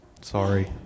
Sorry